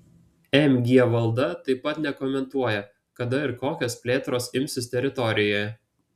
mg valda taip pat nekomentuoja kada ir kokios plėtros imsis teritorijoje